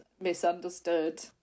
misunderstood